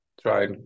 try